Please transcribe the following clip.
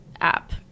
app